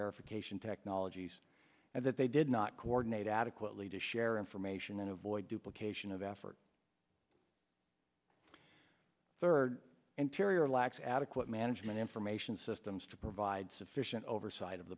verification technologies and that they did not coordinate adequately to share information and avoid duplication of effort third interior lacks adequate management information systems to provide sufficient oversi